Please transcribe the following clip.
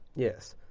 yes.